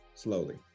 slowly